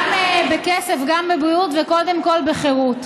גם בכסף, גם בבריאות, וקודם כול, בחירות.